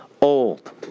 old